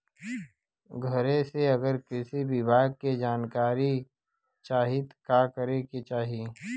घरे से अगर कृषि विभाग के जानकारी चाहीत का करे के चाही?